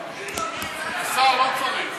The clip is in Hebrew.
לא צריך.